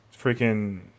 Freaking